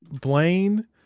Blaine